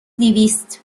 دویست